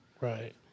Right